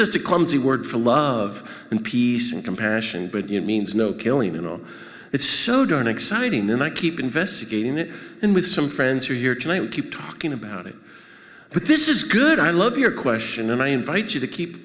just a clumsy word for love and peace and compassion but you know means no killing you know it's so darn exciting and i keep investigating it in with some friends who are here tonight keep talking about it but this is good i love your question and i invite you to keep